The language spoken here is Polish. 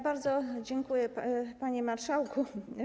Bardzo dziękuję, panie marszałku.